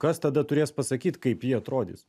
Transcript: kas tada turės pasakyt kaip ji atrodys